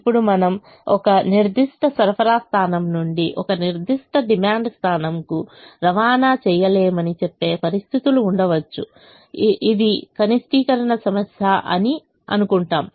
ఇప్పుడు మనకు ఒక నిర్దిష్ట సరఫరా స్థానం నుండి ఒక నిర్దిష్ట డిమాండ్ స్థానంకు రవాణా చేయలేమని చెప్పే పరిస్థితులు ఉండవచ్చు ఇది కనిష్టీకరణ సమస్య అని అనుకుంటాము